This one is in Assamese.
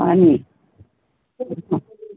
হয়নি